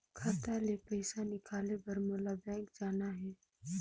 खाता ले पइसा निकाले बर मोला बैंक जाना हे?